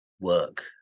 work